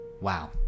wow